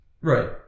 Right